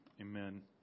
Amen